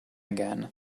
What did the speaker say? again